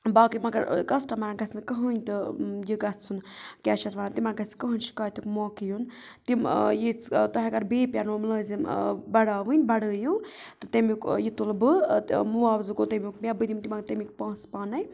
باقٕے مگر کسٹمَرَن گژھِ نہٕ کٕہٕنۍ تہٕ یہِ گژھُن کیٛاہ چھِ اَتھ وَنان تِمَن گژھِ کٕہٕنۍ شکایتُک موقعہٕ یُن تِم یہِ تۄہہِ اگر بیٚیہِ پٮ۪نو مُلٲزِم بَڑاوٕنۍ بَڑٲیِو تہٕ تمیُک یہِ تُلہٕ بہٕ تہٕ مُعاوضہٕ گوٚو تمیُک مےٚ بہٕ دِمہٕ تِمَن تمیُک پونٛسہٕ پانَے